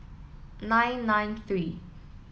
nine nine three